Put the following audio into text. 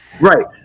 Right